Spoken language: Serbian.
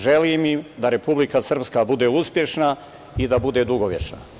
Želim im da Republika Srpska bude uspešna i da bude dugovečna.